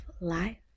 life